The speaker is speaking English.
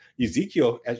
Ezekiel